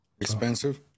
Expensive